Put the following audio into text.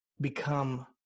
become